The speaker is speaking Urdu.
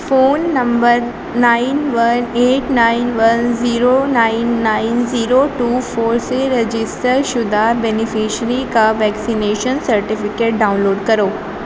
phone number nine one eight nine one zero nine nine zero two four سے رجسٹر شدہ بینیفشیری کا ویکسینیشن سرٹیفکیٹ ڈاؤنلوڈ کرو